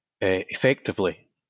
effectively